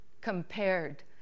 compared